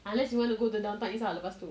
unless you want to go the downtown east ah lepas tu